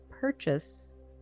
purchase